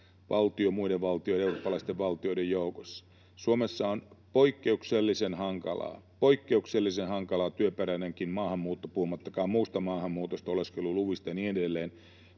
valtio muiden eurooppalaisten valtioiden joukossa. Suomessa maahanmuutto on poikkeuksellisen hankalaa, työperäinenkin maahanmuutto poikkeuksellisen hankalaa, puhumattakaan muusta maahanmuutosta, oleskeluluvista ja niin edelleen.